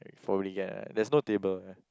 there's no table ah